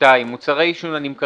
שום דבר לא הולך לפי מה שאני רוצה.